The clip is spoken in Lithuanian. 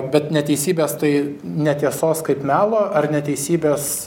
bet neteisybės tai ne tiesos kaip melo ar neteisybės